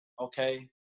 okay